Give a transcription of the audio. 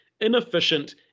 inefficient